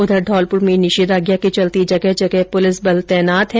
उधर धौलपुर में निषेधाज्ञा के चलते जगह जगह पुलिस बल तैनात किया गया है